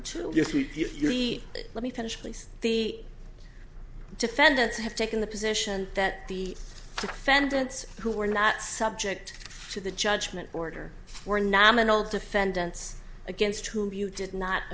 if you be let me finish please the defendants have taken the position that the defendants who were not subject to the judgment order were nominal defendants against whom you did not